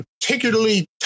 particularly